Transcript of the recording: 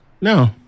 No